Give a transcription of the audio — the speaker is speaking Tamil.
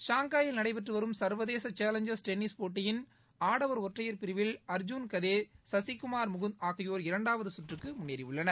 ஷாங்காய் ல் நடைபெற்று வரும் சர்வதேச சேலஞ்சர்ஸ் டென்னிஸ் போட்டியின் ஆடவர் ஒற்றையர் பிரிவில் அர்ஜூன் காதே சசிகுமார் முகுந்த் ஆகியோர் இரண்டாவது சுற்றுக்கு முன்னேறியுள்ளனர்